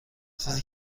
چیزی